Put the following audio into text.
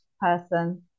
person